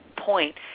point